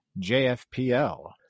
JFPL